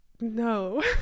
No